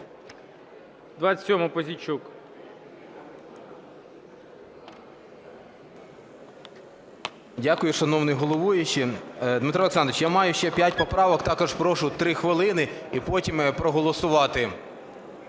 Дякую, шановний головуючий. Дмитро Олександрович, я маю ще п'ять поправок, також прошу 3 хвилини і потім проголосувати.